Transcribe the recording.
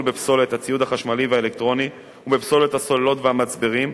בפסולת הציוד החשמלי והאלקטרוני ובפסולת הסוללות והמצברים,